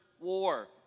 war